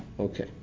Okay